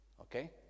Okay